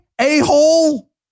a-hole